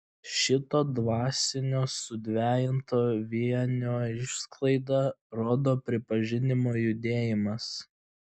šito dvasinio sudvejinto vienio išsklaidą rodo pripažinimo judėjimas